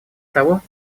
того